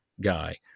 guy